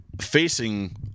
facing